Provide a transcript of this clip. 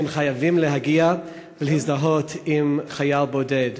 שהם חייבים להגיע ולהזדהות עם חייל בודד.